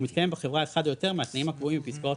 ומתקיים בחברה אחד או יותר מהתנאים הקבועים בפסקאות